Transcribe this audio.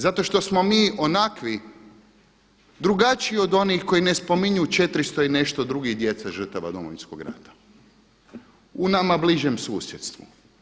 Zato što smo mi onakvi, drugačiji od onih koji ne spominju 400 i nešto druge djece žrtava Domovinskog rata u našem bližem susjedstvu.